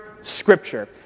scripture